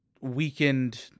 weakened